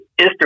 Instagram